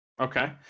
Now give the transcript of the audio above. Okay